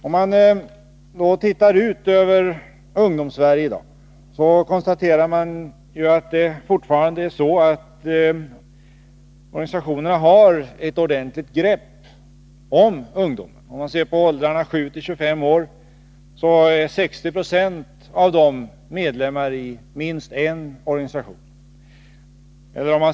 Om man tittar ut över Ungdomssverige i dag kan man konstatera att det fortfarande är så att organisationerna har ett ordentligt grepp om ungdomen. I åldrarna 7-25 år är 60 76 medlemmar i minst en organisation.